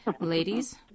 ladies